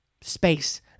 space